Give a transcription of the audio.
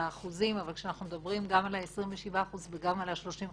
האחוזים אבל כשאנחנו מדברים גם על 27% וגם על 35%,